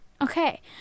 Okay